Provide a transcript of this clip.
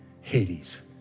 Hades